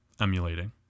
emulating